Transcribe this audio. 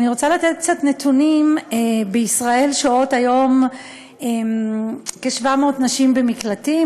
אני רוצה לתת קצת נתונים: בישראל שוהות היום כ-700 נשים במקלטים,